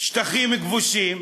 לשטחים כבושים,